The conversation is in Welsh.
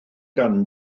gan